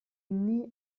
nie